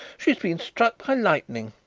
she has been struck by lightning.